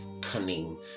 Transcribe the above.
cunning